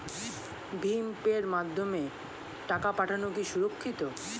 ভিম পের মাধ্যমে টাকা পাঠানো কি সুরক্ষিত?